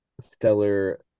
stellar